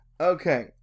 Okay